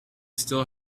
still